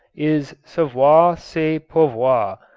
is savoir c'est pouvoir,